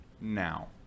now